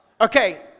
Okay